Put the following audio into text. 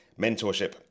mentorship